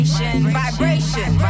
Vibration